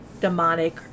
demonic